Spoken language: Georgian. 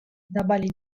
დაბალი